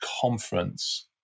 conference